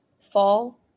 fall